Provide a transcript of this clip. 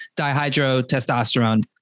dihydrotestosterone